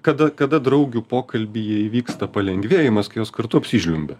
kada kada draugių pokalbyje įvyksta palengvėjimas kai jos kartu apsižliumbia